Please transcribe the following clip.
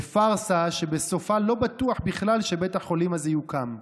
לפארסה שבסופה לא בטוח בכלל שבית החולים הזה יוקם.